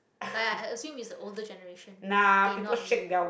like i i assume it's the older generation they not be